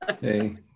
Hey